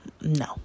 no